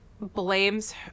blames